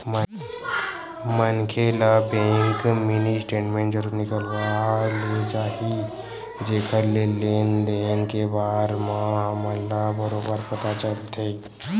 मनखे ल bank mini statement जरूर निकलवा ले चाही जेखर ले लेन देन के बार म हमन ल बरोबर पता चलथे